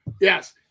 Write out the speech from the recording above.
Yes